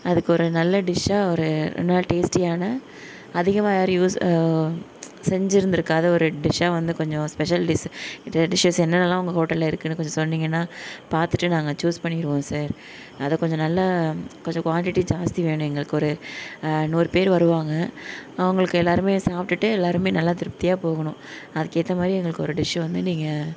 அதுக்கு ஒரு நல்ல டிஷ்ஷாக ஒரு நல்ல டேஸ்டியான அதிகமாக யாரும் யூஸ் செஞ்சுருந்துக்காத ஒரு டிஷ்ஷை வந்து கொஞ்சம் ஸ்பெஷல் டிஸ் டிஷ்ஷஸ் என்னென்லாம் உங்கள் ஹோட்டலில் இருக்குதுன்னு கொஞ்சம் சொன்னீங்கன்னா பார்த்துட்டு நாங்கள் சூஸ் பண்ணிடுவோம் சார் அதை கொஞ்சம் நல்லா கொஞ்சம் குவாண்டிட்டி ஜாஸ்தி வேணும் எங்களுக்கு ஒரு நூறு பேர் வருவாங்க அவங்களுக்கு எல்லாரும் சாப்பிடுட்டு எல்லாரும் நல்லா திருப்தியாக போகணும் அதுக்கேற்ற மாரி எங்களுக்கு ஒரு டிஷ்ஷூ வந்து நீங்கள்